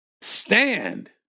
Stand